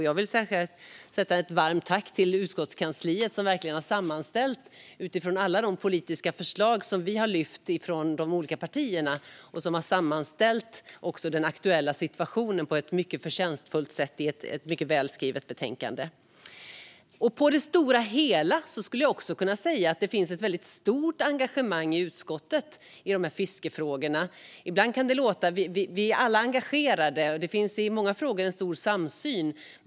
Jag vill rikta ett varmt tack till utskottskansliet som, utifrån alla de politiska förslag vi har lyft från de olika partierna, har sammanställt den aktuella situationen på ett mycket förtjänstfullt sätt i ett mycket välskrivet betänkande. På det stora hela finns det ett väldigt stort engagemang för fiskefrågorna i utskottet. Vi är alla engagerade, och i många frågor finns en stor samsyn.